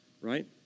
right